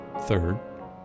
Third